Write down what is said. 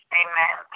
amen